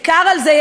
ובעיקר על זה,